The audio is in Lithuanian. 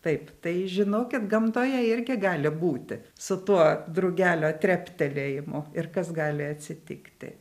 taip tai žinokit gamtoje irgi gali būti su tuo drugelio treptelėjimu ir kas gali atsitikti